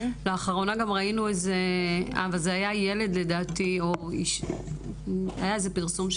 לאחרונה גם ראינו זה היה ילד לדעתי היה איזה פרסום,